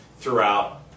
throughout